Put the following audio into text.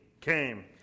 came